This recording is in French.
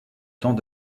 temps